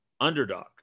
underdog